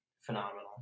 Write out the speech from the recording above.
Phenomenal